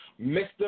Mr